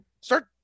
start